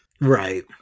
right